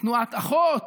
תנועת אחות,